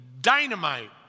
dynamite